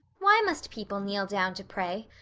why must people kneel down to pray?